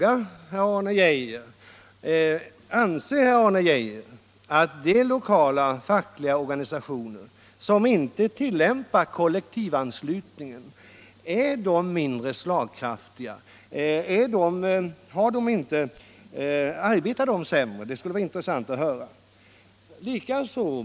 Anser herr Arne Geijer att de lokala fackliga organisationer som inte tillämpar kollektivanslutningen är mindre slagkraftiga? Arbetar de sämre? Det skulle vara intressant att höra.